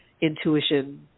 intuition